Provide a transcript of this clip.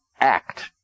act